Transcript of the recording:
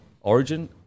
Origin